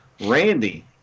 Randy